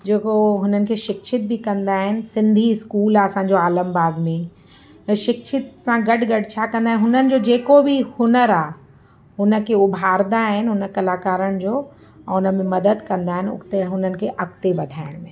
जेको हुननि खे शिक्षित बि कंदा आहिनि सिंधी स्कूल आहे असांजो आलमबाग में त शिक्षित सां गॾु गॾु छा कंदा आहियूं हुननि जो जेको बि हुनरु आहे हुनखे उभारंदा आहिनि हुन कलाकारनि जो ऐं हुन में मदद कंदा आहिनि उॻते हुननि खे अॻिते वधाइण में